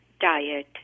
diet